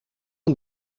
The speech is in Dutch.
een